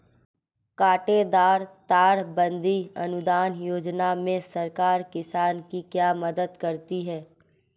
कांटेदार तार बंदी अनुदान योजना में सरकार किसान की क्या मदद करती है?